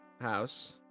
house